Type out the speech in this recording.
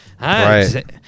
right